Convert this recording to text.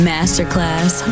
Masterclass